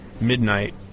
midnight